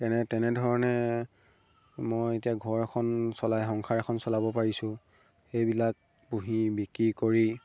তেনে তেনেধৰণে মই এতিয়া ঘৰ এখন চলাই সংসাৰ এখন চলাব পাৰিছোঁ সেইবিলাক পুহি বিক্ৰী কৰি